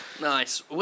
Nice